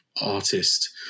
artist